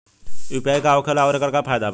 UPI का होखेला आउर एकर का फायदा बा?